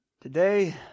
today